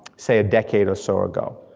say, a decade or so ago.